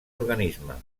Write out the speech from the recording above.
organisme